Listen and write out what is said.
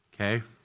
Okay